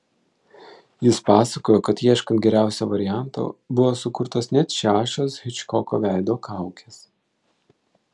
jis pasakojo kad ieškant geriausio varianto buvo sukurtos net šešios hičkoko veido kaukės